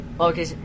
okay